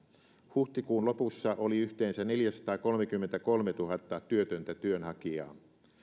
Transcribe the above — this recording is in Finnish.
huhtikuun lopussa oli yhteensä neljäsataakolmekymmentäkolmetuhatta työtöntä työnhakijaa